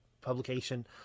publication